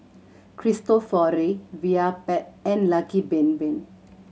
Cristofori Vitapet and Lucky Bin Bin